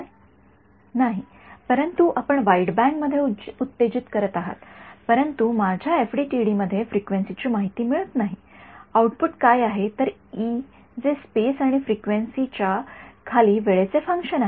विद्यार्थीः नाही परंतु आपण वाईडबँड मध्ये उत्तेजित करत आहोत परंतु माझ्या एफडीटी मध्ये फ्रिक्वेन्सी ची माहिती मिळत नाही आउटपुट काय आहे तर इ जे स्पेस आणि फ्रिक्वेन्सीच्या खाली वेळेचे फंक्शनआहे